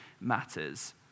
matters